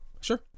sure